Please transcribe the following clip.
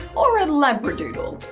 or a labradoodle.